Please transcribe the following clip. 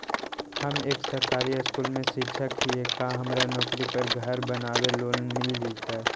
हम एक सरकारी स्कूल में शिक्षक हियै का हमरा नौकरी पर घर बनाबे लोन मिल जितै?